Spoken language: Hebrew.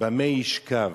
במה ישכב